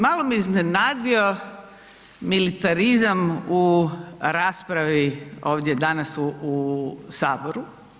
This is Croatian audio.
Malo me iznenadio militarizam u raspravi ovdje danas u saboru.